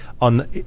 On